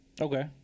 Okay